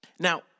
Now